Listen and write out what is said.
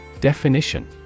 Definition